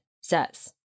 says